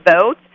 vote